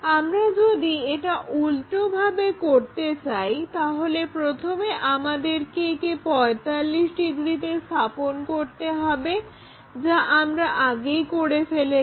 আমরা যদি এটা উল্টোভাবে করতে চাই তাহলে প্রথমে আমাদেরকে একে 45 ডিগ্রিতে স্থাপন করতে হবে যা আমরা আগেই করে ফেলেছি